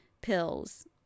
pills